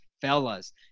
fellas